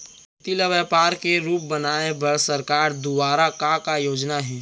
खेती ल व्यापार के रूप बनाये बर सरकार दुवारा का का योजना हे?